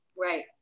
right